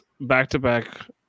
back-to-back